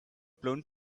blown